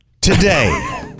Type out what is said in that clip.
today